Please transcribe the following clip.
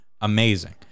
amazing